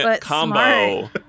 combo